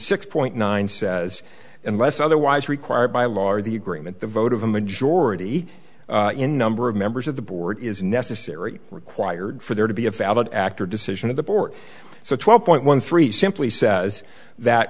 six point nine says unless otherwise required by law or the agreement the vote of a majority in number of members of the board is necessary required for there to be a valid act or decision of the board so twelve point one three simply says that